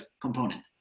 component